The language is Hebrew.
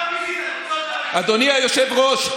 אדוני היושב-ראש,